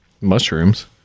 Mushrooms